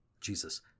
Jesus